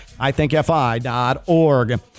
Ithinkfi.org